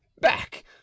back